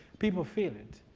people feel it.